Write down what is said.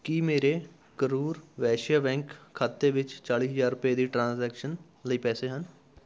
ਕੀ ਮੇਰੇ ਕਰੂਰ ਵੈਸਿਆ ਬੈਂਕ ਖਾਤੇ ਵਿੱਚ ਚਾਲੀ ਹਜ਼ਾਰ ਰੁਪਏ ਦੀ ਟ੍ਰਾਂਜੈਕਸ਼ਨ ਲਈ ਪੈਸੇ ਹਨ